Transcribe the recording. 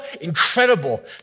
incredible